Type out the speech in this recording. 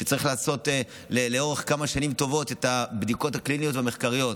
צריך לעשות לאורך כמה שנים טובות את הבדיקות הקליניות והמחקריות.